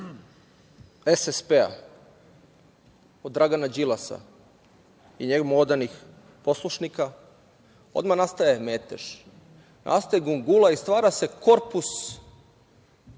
SSP, od Dragana Đilasa i njemu odanih poslušnika, odmah nastaje metež. Nastaje gungula i stvara se korpus